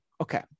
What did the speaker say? Okay